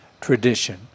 tradition